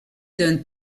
d’un